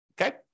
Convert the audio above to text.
okay